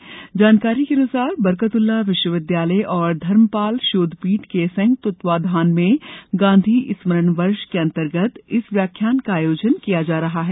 आधिकारिक जानकारी के अनुसार बरकतउल्ला विश्वविद्यालय और धर्मपाल शोधपीठ के संयुक्त तत्वाधान में गांधी स्मरण वर्ष के अंतर्गत इस व्याख्यान का आयोजन किया जा रहा है